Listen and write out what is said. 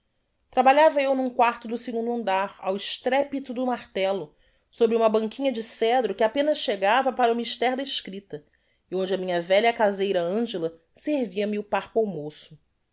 trabalhava eu n'um quarto do segundo andar ao estrepito do martelo sobre uma banquinha de cedro que apenas chegava para o mister da escripta e onde a minha velha caseira angela servia me o parco almoço